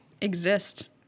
exist